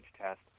test